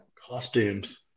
costumes